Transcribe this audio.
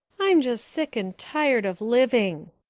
i'm just sick and tired of living,